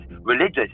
religious